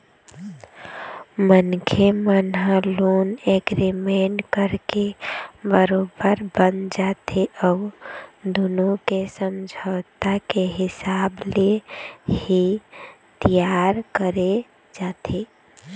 मनखे मन ह लोन एग्रीमेंट करके बरोबर बंध जाथे अउ दुनो के समझौता के हिसाब ले ही तियार करे जाथे